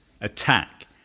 attack